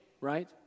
right